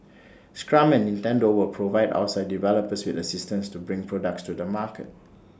scrum and Nintendo will provide outside developers with assistance to bring products to the market